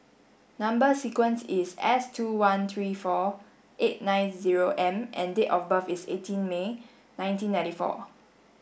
number sequence is S two one three four eight nine zero M and date of birth is eighteen May nineteen ninety four